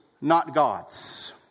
not-gods